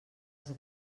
els